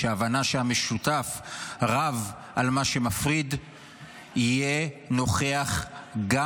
שההבנה שהמשותף רב על מה שמפריד יהיו נוכחים